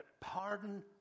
pardon